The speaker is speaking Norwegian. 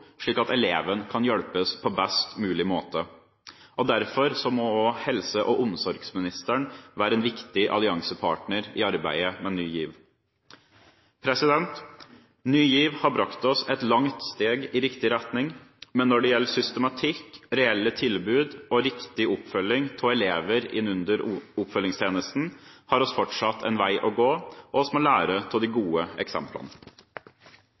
slik at eleven kan hjelpes på best mulig måte. Derfor må også helse- og omsorgsministeren være en viktig alliansepartner i arbeidet med Ny GIV. Ny GIV har brakt oss et langt steg i riktig retning, men når det gjelder systematikk, reelle tilbud og riktig oppfølging av elever under oppfølgingstjenesten, har vi fortsatt en vei å gå. Vi må lære av de gode eksemplene.